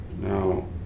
now